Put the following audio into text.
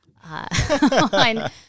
On